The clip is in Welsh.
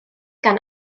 gan